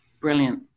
Brilliant